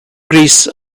greece